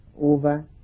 over